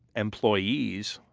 employees,